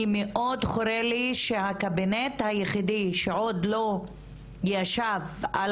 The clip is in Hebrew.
מאוד חורה לי שהקבינט היחידי שעוד לא ישב על